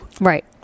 Right